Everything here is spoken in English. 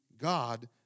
God